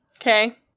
Okay